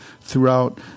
throughout